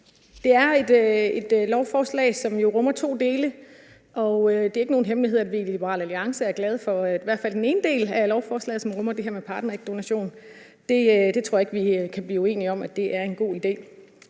Det er et lovforslag, som jo rummer to dele. Det er ikke nogen hemmelighed, at vi i Liberal Alliance er glade for i hvert fald den ene del af lovforslaget, som rummer det her med partnerægdonation. Det tror jeg ikke at vi kan blive uenige om er en god idé.